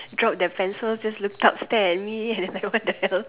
drop their pencils just looked up stared at me like what the hell